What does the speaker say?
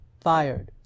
fired